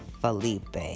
Felipe